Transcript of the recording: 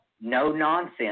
no-nonsense